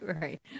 Right